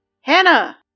Hannah